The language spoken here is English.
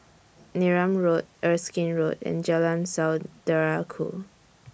Neram Road Erskine Road and Jalan Saudara Ku